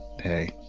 hey